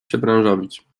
przebranżowić